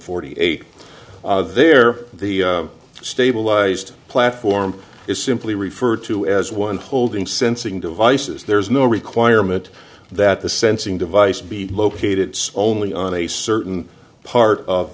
forty eight there the stabilized platform is simply referred to as one holding sensing devices there is no requirement that the sensing device be located it's only on a certain part of